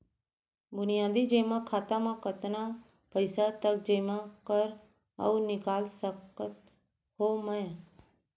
बुनियादी जेमा खाता म कतना पइसा तक जेमा कर अऊ निकाल सकत हो मैं?